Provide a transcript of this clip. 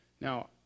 Now